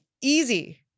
easy